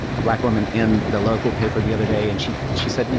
a black woman in the local paper the other day. and she she said, you know,